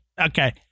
Okay